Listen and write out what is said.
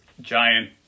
giant